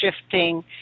shifting